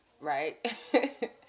right